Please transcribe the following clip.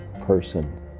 person